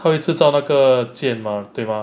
可以制造那个剑 mah 对吗